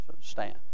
stand